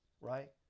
right